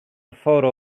photo